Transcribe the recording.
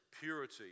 purity